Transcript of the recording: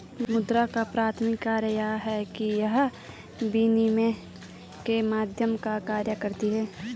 मुद्रा का प्राथमिक कार्य यह है कि यह विनिमय के माध्यम का कार्य करती है